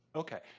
okay.